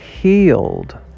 healed